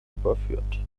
überführt